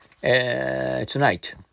tonight